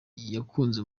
yakunze